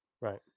Right